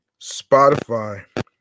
Spotify